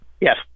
Yes